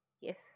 Yes